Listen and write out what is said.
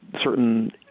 certain